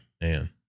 Man